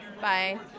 Bye